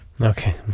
Okay